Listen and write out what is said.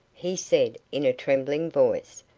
he said, in a trembling voice,